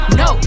no